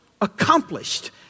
accomplished